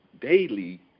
daily